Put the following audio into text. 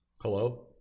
Hello